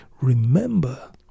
remember